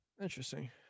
Interesting